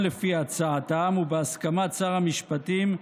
או לפי הצעתם, ובהסכמת שר המשפטים,